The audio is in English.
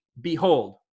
behold